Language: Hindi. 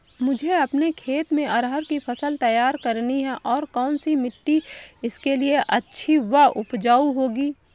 मुझे अपने खेत में अरहर की फसल तैयार करनी है और कौन सी मिट्टी इसके लिए अच्छी व उपजाऊ होगी?